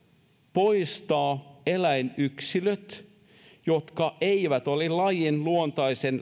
poistaa eläinyksilöt jotka eivät ole lajin luontaisen